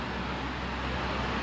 ya for sure